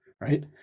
right